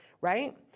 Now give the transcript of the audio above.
right